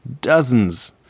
dozens